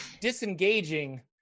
disengaging